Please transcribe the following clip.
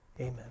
Amen